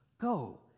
Go